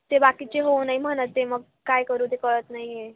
ते बाकीचे हो नाही म्हणत आहे मग काय करू ते कळत नाही आहे